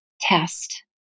test